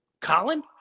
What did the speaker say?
colin